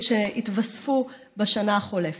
שהתווספו בשנה החולפת.